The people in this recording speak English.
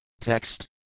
Text